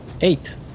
eight